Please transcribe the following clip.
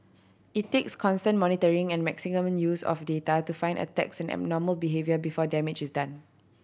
it takes constant monitoring and maximum use of data to find attacks and abnormal behaviour before damage is done